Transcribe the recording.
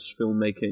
filmmaking